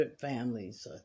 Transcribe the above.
families